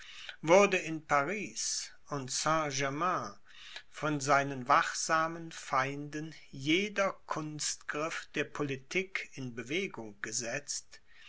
wurde in paris und saint-germain von seinen wachsamen feinden jeder kunstgriff der politik in bewegung gesetzt